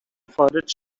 خارج